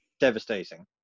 devastating